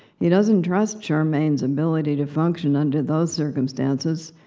he doesn't trust charmaine's ability to function under those circumstances.